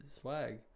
Swag